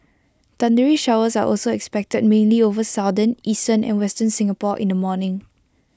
thundery showers are also expected mainly over southern eastern and western Singapore in the morning